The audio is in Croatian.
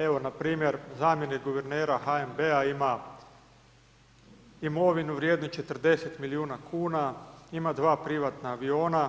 Evo, npr. zamjenik guvernera HNB-a ima imovinu vrijednu 40 milijuna kuna, ima dva privatna aviona,